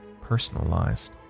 personalized